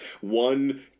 One